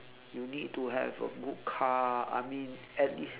you need to have a good car I mean at least